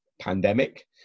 pandemic